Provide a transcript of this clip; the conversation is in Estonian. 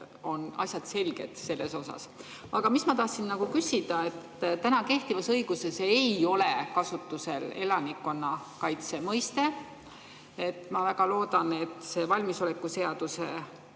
on asjad selged selles osas. Aga mis ma tahtsin küsida? Täna kehtivas õiguses ei ole kasutusel elanikkonnakaitse mõistet. Ma väga loodan, et see valmisolekuseaduses